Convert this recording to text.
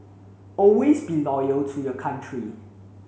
always be loyal to your country